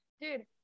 dude